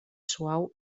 suau